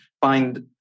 find